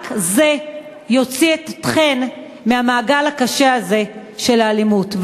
רק זה יוציא אתכן מהמעגל הקשה הזה של האלימות.